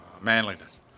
manliness